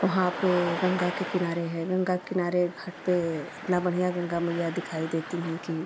वहाँ पर गंगा के किनारे है गंगा के किनारे घाट पर इतना बढ़िया गंगा मैया दिखाई देती हैं कि